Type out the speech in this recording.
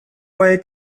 way